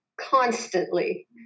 constantly